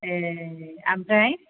ए ओमफ्राय